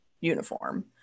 uniform